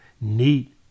neat